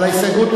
על ההסתייגות.